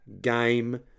game